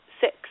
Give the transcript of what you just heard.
six